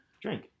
Drink